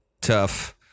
tough